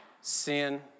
sin